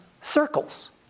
circles